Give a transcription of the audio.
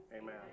Amen